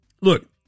Look